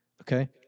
Okay